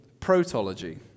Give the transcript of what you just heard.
protology